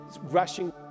rushing